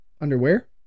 Underwear